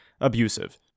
abusive